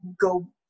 go